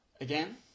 Again